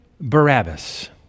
Barabbas